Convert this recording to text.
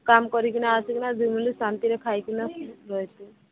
କାମ କରିକିନା ଆସିକିନା ଦିଉଲି ଶାନ୍ତିରେ ଖାଇକିନା